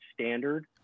standard